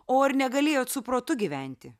o ar negalėjot su protu gyventi